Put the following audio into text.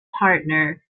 partner